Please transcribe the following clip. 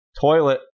Toilet